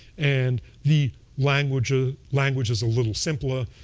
and the language ah language is a little simpler.